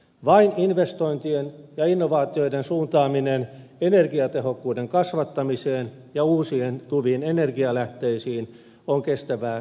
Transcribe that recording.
vain investointien ja innovaatioiden suuntaaminen energiatehokkuuden kasvattamiseen ja uusiutuviin energialähteisiin on kestävää kehitystä